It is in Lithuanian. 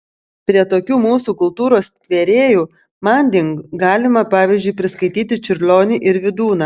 prie tokių mūsų kultūros tvėrėjų manding galima pavyzdžiui priskaityti čiurlionį ir vydūną